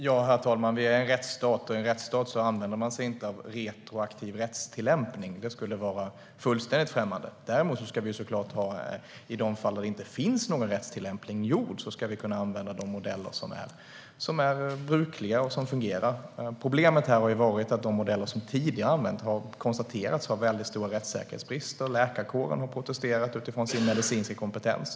Herr talman! Vi är en rättsstat, och i en rättsstat använder man sig inte av retroaktiv rättstillämpning - det skulle vara fullständigt främmande. Men i de fall där det inte finns någon rättstillämpning gjord ska vi kunna använda de modeller som är brukliga och fungerar. Problemet har varit att de modeller som tidigare har använts har konstaterats ha mycket stora rättssäkerhetsbrister. Läkarkåren har protesterat utifrån sin medicinska kompetens.